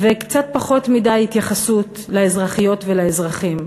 וקצת פחות מדי התייחסות לאזרחיות ולאזרחים,